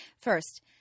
First